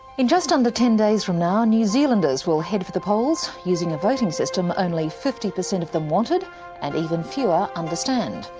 in just under ten days from now, new zealanders will head for the polls, using a voting system only fifty percent of them wanted and even fewer understand.